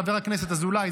חבר הכנסת אזולאי,